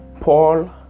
Paul